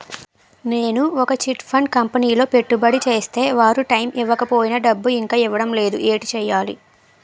నేను ఒక chit fund కంపెనీలో పెట్టుబడి చేస్తే వారు టైమ్ ఇవ్వకపోయినా డబ్బు ఇంకా ఇవ్వడం లేదు ఏంటి చేయాలి?